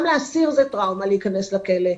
גם לאסיר זו טראומה להיכנס לכלא.